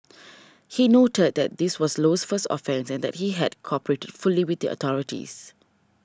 he noted that this was Low's first offence and that he had cooperated fully with the authorities